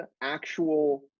actual